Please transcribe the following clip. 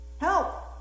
Help